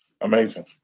Amazing